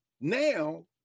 now